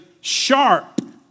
sharp